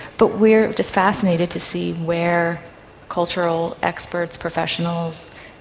but we are just fascinated to see where cultural experts, professionals,